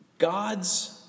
God's